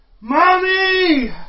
Mommy